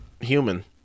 human